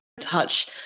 touch